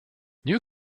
you